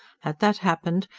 had that happened,